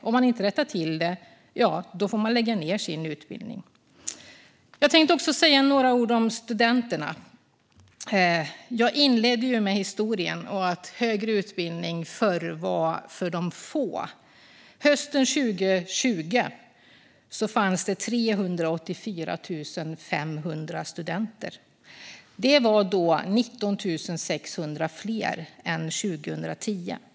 Om de inte rättar till det får de lägga ned sin utbildning. Jag ska också säga några ord om studenterna. Jag inledde ju med historien och att högre utbildning förr var för de få. Hösten 2020 fanns det 384 500 studenter, 19 600 fler än 2010.